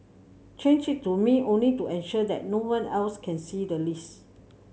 change it to me only to ensure that no one else can see the list